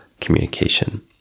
communication